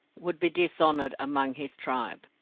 would be dishonoured among his tribe.